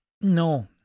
No